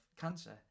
cancer